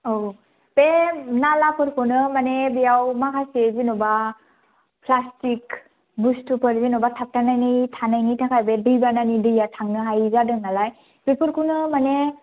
बे नालाफोरखौनो माने बेयाव माखासे जेनेबा प्लासटिक बुस्तुफोर जेनेबा थाबथानानै थानायनि थाखाय बे दैबानानि दैया थांनो हायै जादों नालाय बेफोरखौनो माने